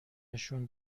نشون